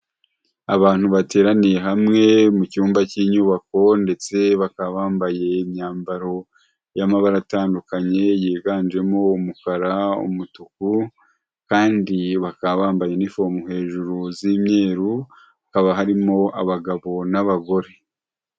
Abantu bateraniye hamwe mu cyumba cy'inyubako ndetse bakaba bambaye imyambaro y'amabara atandukanye yiganjemo umukara umutuku kandi bakaba bambaye inifomu hejuru z'imyeru hakaba harimo abagabo n'abagore.